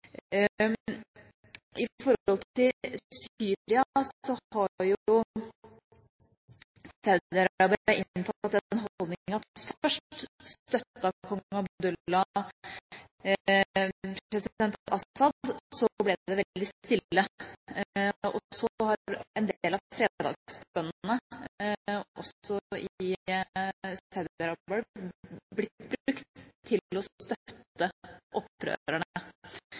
har Saudi-Arabia inntatt den holdning at først støttet kong Abdullah president al-Assad. Så ble det veldig stille. Så har en del av fredagsbønnene også i Saudi-Arabia blitt brukt til å støtte opprørerne.